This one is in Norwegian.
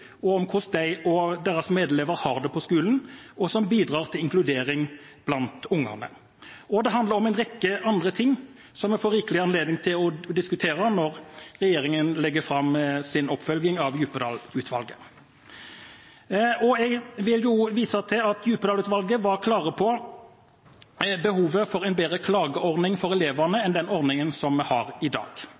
om hvordan de og deres medelever har det på skolen, og som bidrar til inkludering blant ungene. Det handler om en rekke andre ting, som vi får rikelig anledning til å diskutere når regjeringen legger fram sin oppfølging av Djupedal-utvalget. Jeg viser til at Djupedal-utvalget var klar på behovet for en bedre klageordning for elevene enn den ordningen vi har i dag.